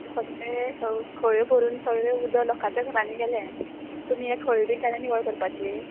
सगलें खळ्यो भरून सगलें उदक लोकाच्या घरांनी गेलें तुमी यें खळी बी केन्ना निवळ करपाची